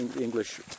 English